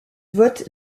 vote